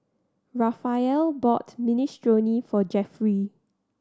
Raphael bought Minestrone for Jeffrey